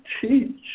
teach